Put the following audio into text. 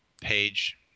page